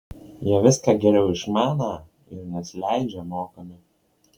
jie viską geriau išmaną ir nesileidžią mokomi